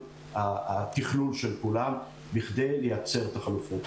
התכנון של כולם בכדי לייצר את החלופות.